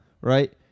right